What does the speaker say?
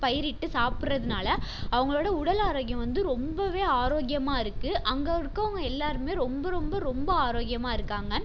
பயிரிட்டு சாப்பிடறதுனால அவங்களோட உடல் ஆரோக்கியம் வந்து ரொம்பவே ஆரோக்கியமாக இருக்குது அங்கே இருக்கவங்கள் எல்லாருமே ரொம்ப ரொம்ப ரொம்ப ஆரோக்கியமாக இருக்காங்கள்